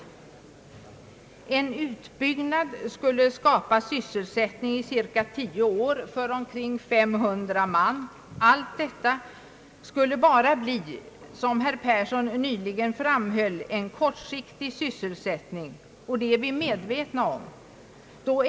En utbyggnad skulle skapa sysselsättning under cirka tio år för omkring 500 man. Allt detta skulle bara bli, som herr Persson nyss framhöll, en kortsiktig sysselsättning; det är vi medvetna om.